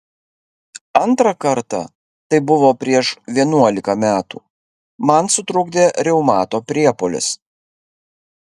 antrą kartą tai buvo prieš vienuolika metų man sutrukdė reumato priepuolis